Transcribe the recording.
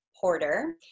Porter